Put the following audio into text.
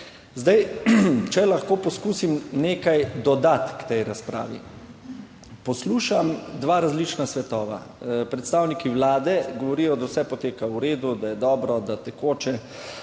Zdaj, če lahko poskusim nekaj dodati k tej razpravi. Poslušam dva različna svetova, predstavniki Vlade govorijo, da vse poteka v redu, da je dobro, da tekoče